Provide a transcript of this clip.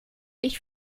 ich